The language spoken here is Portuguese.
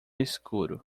escuro